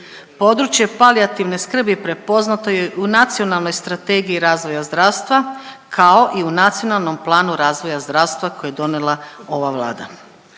Područje palijativne skrbi prepoznato je u Nacionalnoj strategiji razvoja zdravstva, kao i u Nacionalnom planu razvoja zdravstva kojeg je donijela ova Vlada.